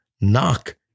Knock